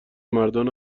مردان